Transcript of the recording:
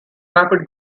rapid